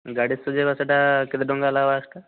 ଗାଡ଼ି ସଜାଇବା ସେଟା କେତେ ଟଙ୍କା ଲାଗବା ସେଟା